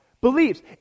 beliefs